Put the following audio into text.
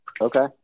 Okay